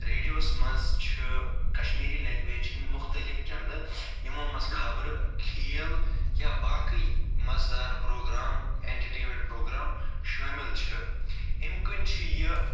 رٮ۪ڈیووَس منٛز چھُ کَشمیٖری لٮ۪گویج ہِنٛز مُختلِف چنلہٕ یِمَو منٛز خبرٕ کھیل یا باقٕے مَزٕ دار پرٛوگرام اٮ۪نٹرٹٮ۪نمٮ۪نٹ پرٛوگرام شٲمِل چھِ اَمہِ کِنۍ چھُ یہِ